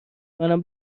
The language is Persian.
منم